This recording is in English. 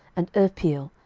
and irpeel,